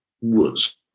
woods